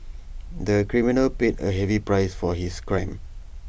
the criminal paid A heavy price for his crime